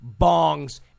bongs